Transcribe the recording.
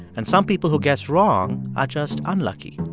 and some people who guess wrong are just unlucky.